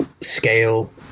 scale